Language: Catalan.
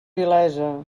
vilesa